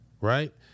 right